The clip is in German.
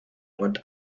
und